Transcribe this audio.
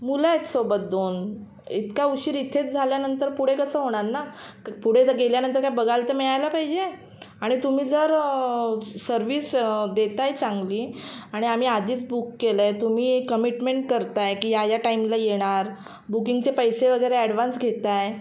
मुलं आहेत सोबत दोन इतका उशीर इथेच झाल्यानंतर पुढे कसं होणार ना पुढे जर गेल्यानंतर काय बघायला तर मिळायला पाहिजे आणि तुम्ही जर सर्व्हिस देत आहे चांगली आणि आम्ही आधीच बुक केलं आहे तुम्ही कमीटमेंट करत आहे की या टाईमला येणार बुकिंगचे पैसे वगैरे ॲडवान्स घेत आहे